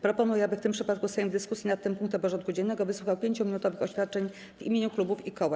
Proponuję, aby w tym przypadku Sejm w dyskusji nad tym punktem porządku dziennego wysłuchał 5-minutowych oświadczeń w imieniu klubów i koła.